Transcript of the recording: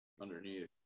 Underneath